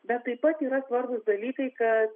bet taip pat yra svarbūs dalykai kad